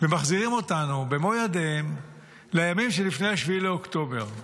ומחזירים אותנו במו ידיהם לימים שלפני 7 באוקטובר.